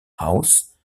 house